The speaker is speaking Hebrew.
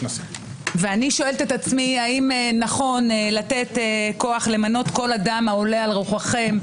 אני שואלת את עצמי האם נכון לתת כוח למנות כל אדם העולה על רוחכם,